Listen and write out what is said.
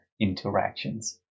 interactions